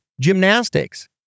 gymnastics